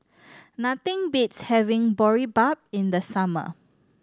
nothing beats having Boribap in the summer